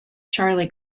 charlie